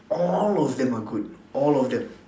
all of them are good all of them